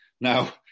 Now